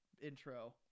intro